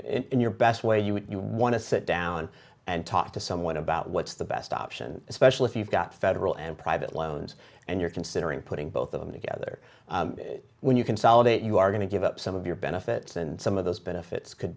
in your best way you would you want to sit down and talk to someone about what's the best option especially if you've got federal and private loans and you're considering putting both of them together when you consolidate you are going to give up some of your benefits and some of those benefits c